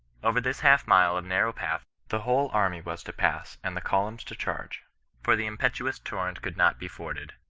over this half-nule of narrow path the whole army was to pass and the columns to charge for the impetuous torrent could not be forded.